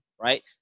right